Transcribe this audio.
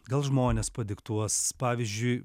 gal žmonės padiktuos pavyzdžiui